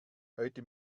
heute